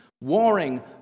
warring